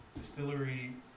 distillery